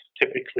typically